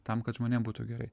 tam kad žmonėm būtų gerai